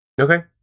Okay